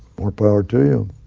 more power to you.